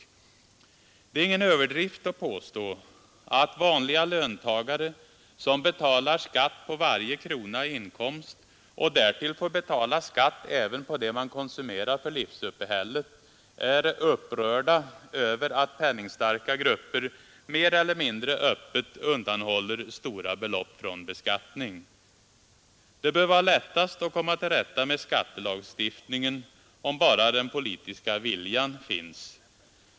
Det är ingen överdrift att påstå att vanliga löntagare, som betalar skatt på varje krona i inkomst och därtill får betala skatt även på det man konsumerar för livsuppehället, är upprörda över att penningstarka grupper mer eller mindre öppet undanhåller stora belopp från beskattning. Det bör vara lättast att komma till rätta med skattelagstiftningen om bara den politiska viljan finns.